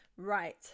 Right